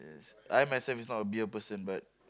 yes I myself is not a beer person but